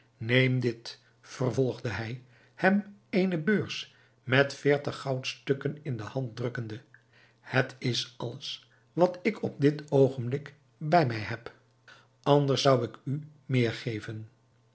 neem dit vervolgde hij hem eene beurs met veertig goudstukken in de hand drukkende het is alles wat ik op dit oogenblik bij mij heb anders zou ik u meer geven